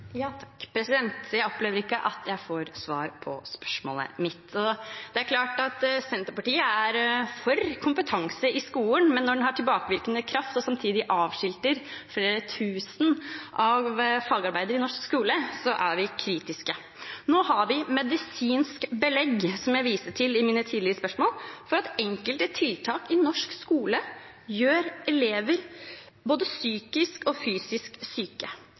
Jeg opplever ikke at jeg får svar på spørsmålet mitt. Det er klart at Senterpartiet er for kompetanse i skolen, men når det får tilbakevirkende kraft og samtidig avskilter flere tusen fagarbeidere i norsk skole, er vi kritiske. Nå har vi medisinsk belegg for – som jeg viste til i mine tidligere innlegg – at enkelte tiltak i norsk skole gjør elever både psykisk og fysisk syke.